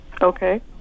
Okay